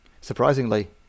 Surprisingly